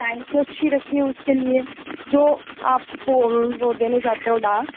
time को अच्छी रखिए उसके लिए जो आप वो देने जाते हो डाक